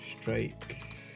strike